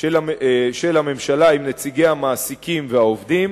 של הממשלה עם נציגי המעסיקים והעובדים,